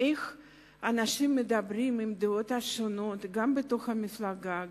איך אנשים מדברים עם הדעות השונות גם בתוך המפלגה,